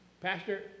Pastor